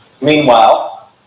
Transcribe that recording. meanwhile